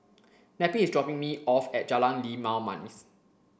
Neppie is dropping me off at Jalan Limau Manis